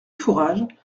fourage